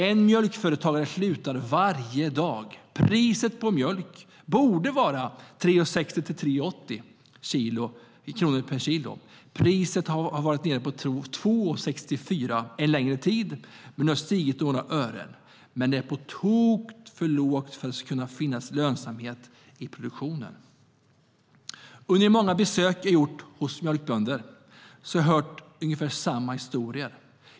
En mjölkföretagare slutar varje dag. Priset på mjölk borde vara 3,60-3,80 kronor per kilo, men priset har varit nere på 2,64 en längre tid. Nu har det stigit med några öre, men det är på tok för lågt för att det ska kunna finnas lönsamhet i produktionen. Under de många besök jag har gjort hos mjölkbönder har jag hört ungefär samma historier.